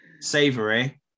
savory